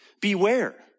Beware